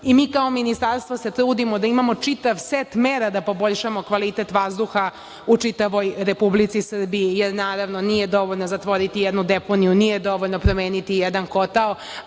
kao Ministarstvo se trudimo da imamo čitav set mera da poboljšamo kvalitet vazduha u čitavoj Republici Srbiji, jer naravno, nije dovoljno zatvoriti jednu deponiju, nije dovoljno promeniti jedan kotao,